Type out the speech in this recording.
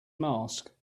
mask